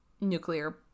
nuclear